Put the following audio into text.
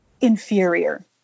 inferior